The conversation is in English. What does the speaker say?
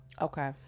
Okay